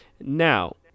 now